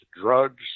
drugs